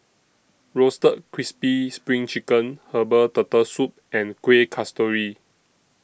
Roasted Crispy SPRING Chicken Herbal Turtle Soup and Kueh Kasturi